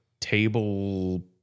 table